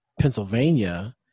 Pennsylvania